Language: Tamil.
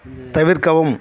தவிர்க்கவும்